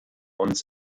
uns